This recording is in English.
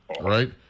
right